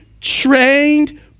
trained